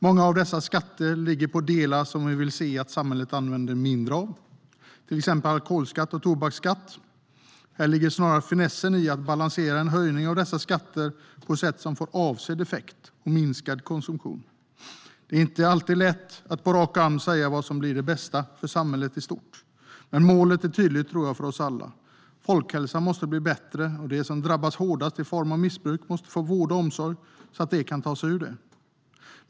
Många av dessa skatter ligger på delar som vi vill se att samhället använder mindre av, till exempel alkoholskatt och tobaksskatt. Här ligger snarare finessen i att balansera en höjning av dessa skatter på ett sätt som får avsedd effekt och minskar konsumtionen. Det är inte alltid lätt att på rak arm säga vad som blir det bästa för samhället i stort. Men målet tror jag är tydligt för oss alla: Folkhälsan måste bli bättre, och de som drabbas hårdast i form av missbruk måste få vård och omsorg så att de kan ta sig ur det.